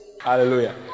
Hallelujah